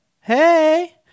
hey